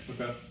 Okay